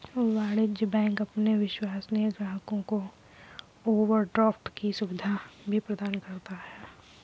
वाणिज्य बैंक अपने विश्वसनीय ग्राहकों को ओवरड्राफ्ट की सुविधा भी प्रदान करता है